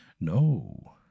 no